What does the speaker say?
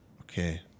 Okay